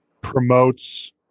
promotes